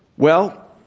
well,